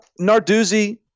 Narduzzi